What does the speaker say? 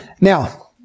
Now